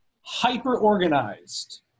hyper-organized